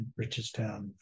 Richestown